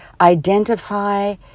identify